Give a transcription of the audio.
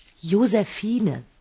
Josephine